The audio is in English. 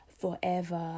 Forever